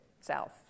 South